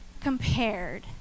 compared